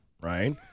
right